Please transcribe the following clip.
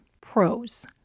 Pros